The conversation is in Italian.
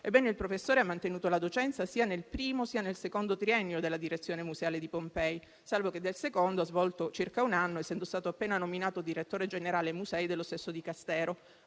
Ebbene, il professore ha mantenuto la docenza sia nel primo sia nel secondo triennio della direzione museale di Pompei, salvo che del secondo ha svolto circa un anno, essendo stato appena nominato direttore generale dei musei dello stesso Dicastero,